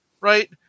right